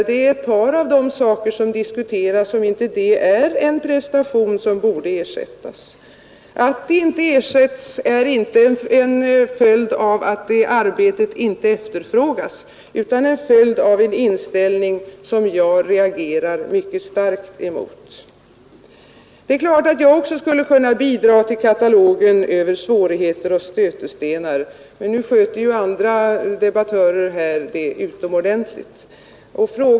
Det är ett par av de saker som diskuteras, om det inte är prestationer som borde ersättas. Att de inte ersätts är inte en följd av att det arbetet inte efterfrågas utan en följd av en inställning som jag reagerar mycket starkt emot. Det är klart att också jag skulle kunna bidra till katalogen över svårigheter och stötestenar, men nu sköter ju andra debattörer den saken utomordentligt.